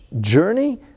journey